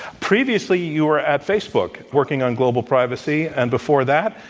previously, you were at facebook working on global privacy, and before that,